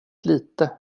lite